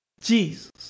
Jesus